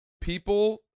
People